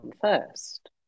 first